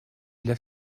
для